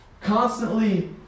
constantly